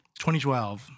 2012